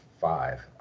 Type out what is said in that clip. five